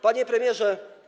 Panie Premierze!